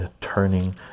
turning